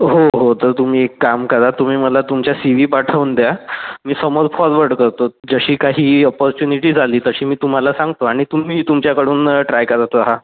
हो हो तर तुम्ही एक काम करा तुम्ही मला तुमचा सी वी पाठवून द्या मी समोर फॉरवर्ड करतो जशी काही ऑपर्च्युनिटीज आली तशी मी तुम्हाला सांगतो आणि तुम्हीही तुमच्याकडून ट्राय करत रहा